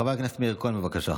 חבר הכנסת מאיר כהן, בבקשה.